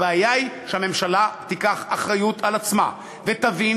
הבעיה היא שהממשלה תיקח אחריות על עצמה ותבין